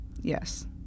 Yes